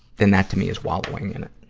then that to me is wallowing in it.